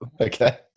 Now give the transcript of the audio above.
Okay